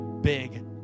big